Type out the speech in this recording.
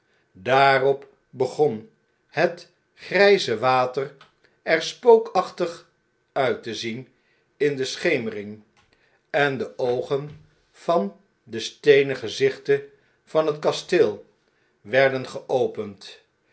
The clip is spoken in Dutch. daarop begon het grgze water er spookachtig uit te zien in de schemering en de oogen van de steenen gezichten van het kasteel werden geopend